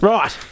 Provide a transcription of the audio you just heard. Right